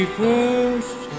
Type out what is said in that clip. first